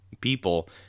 people